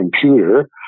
computer